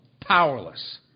Powerless